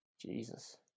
Jesus